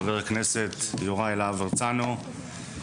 חבר הכנסת יוראי להב הרצנו,